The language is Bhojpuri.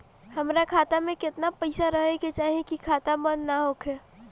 हमार खाता मे केतना पैसा रहे के चाहीं की खाता बंद ना होखे?